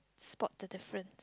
spot the difference